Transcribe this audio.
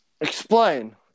Explain